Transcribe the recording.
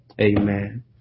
Amen